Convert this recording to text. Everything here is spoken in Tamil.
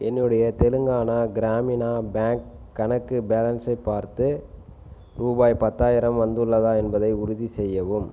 என்னுடைய தெலுங்கானா கிராமினா பேங்க் கணக்கு பேலன்ஸை பார்த்து ரூபாய் பத்தாயிரம் வந்துள்ளதா என்பதை உறுதிசெய்யவும்